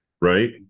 right